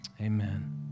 Amen